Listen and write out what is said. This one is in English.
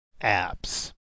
apps